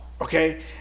Okay